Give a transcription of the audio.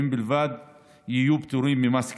והם בלבד יהיו פטורים ממס קנייה.